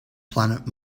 planet